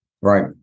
Right